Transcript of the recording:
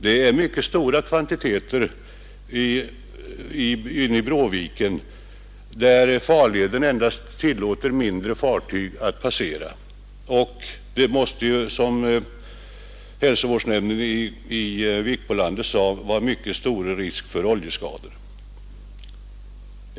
Det är mycket stora kvantiteter inne i Bråviken, där farleden endast tillåter mindre fartyg att passera, och det måste ju — som hälsovårdsnämnden i Vikbolandets kommun sade — vara mycket stor risk för oljeskador.